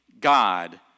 God